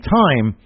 time